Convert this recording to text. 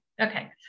Okay